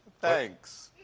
thanks.